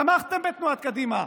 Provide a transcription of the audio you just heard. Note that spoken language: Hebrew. תמכתם בתנועת קדימה.